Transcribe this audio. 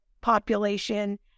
population